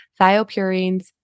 thiopurines